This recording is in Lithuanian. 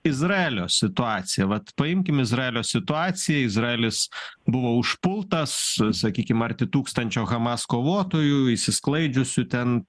izraelio situacija vat paimkim izraelio situaciją izraelis buvo užpultas sakykim arti tūkstančio hamas kovotojų išsisklaidžiusių ten